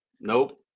Nope